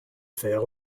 fer